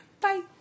Bye